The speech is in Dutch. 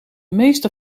meester